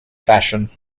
fashion